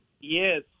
Yes